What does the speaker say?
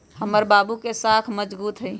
हमर बाबू के साख मजगुत हइ